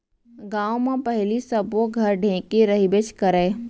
गॉंव म पहिली सब्बो घर ढेंकी रहिबेच करय